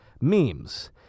memes